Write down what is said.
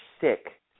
sick